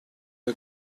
wir